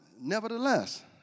nevertheless